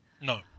No